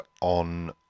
on